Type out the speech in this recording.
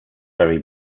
very